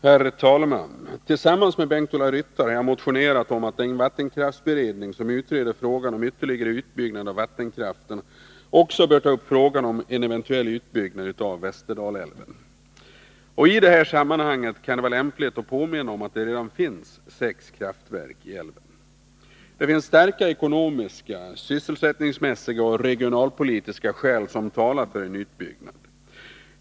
Herr talman! Tillsammans med Bengt-Ola Ryttar har jag motionerat om att den vattenkraftsberedning som utreder frågan om ytterligare utbyggnad av vattenkraften också bör ta upp frågan om en eventuell utbyggnad av Västerdalälven. I detta sammanhang kan det vara lämpligt att påminna om att det redan finns sex kraftverk i älven. Det finns starka ekonomiska, sysselsättningsmässiga och regionalpolitiska skäl för en utbyggnad.